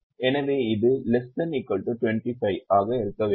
எனவே அது ≤ 25 ஆக இருக்க வேண்டும்